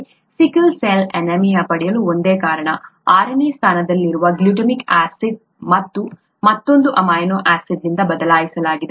ನಾವು sickle cell ಅನೀಮಿಯಾವನ್ನು ಪಡೆಯಲು ಒಂದೇ ಕಾರಣ ಆರನೇ ಸ್ಥಾನದಲ್ಲಿರುವ ಈ ಗ್ಲುಟಾಮಿಕ್ ಆಸಿಡ್ ಅನ್ನು ಮತ್ತೊಂದು ಅಮೈನೋ ಆಸಿಡ್ ನಿಂದಾ ಬದಲಾಯಿಸಲಾಗಿದೆ